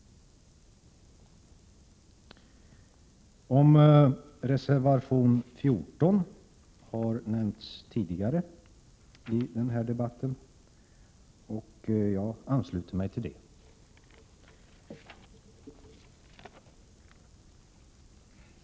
Reservation 14 har tagits upp tidigare i den här debatten, och jag ansluter mig till det som då sades.